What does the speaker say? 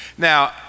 Now